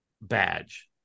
Badge